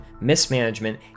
mismanagement